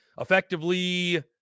effectively –